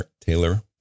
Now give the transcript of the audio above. Taylor